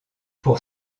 pour